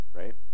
right